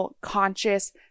conscious